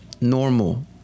normal